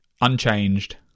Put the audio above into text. unchanged